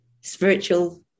spiritual